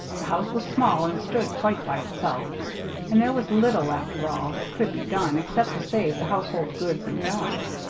the house was small, and stood quite by itself and there was little, after all, that could be done, except to save the household goods and gods.